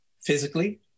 physically